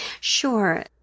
Sure